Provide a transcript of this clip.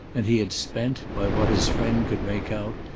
and he had spent, by what his friend could make out,